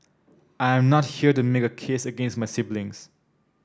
I am not here to make a case against my siblings